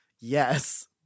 yes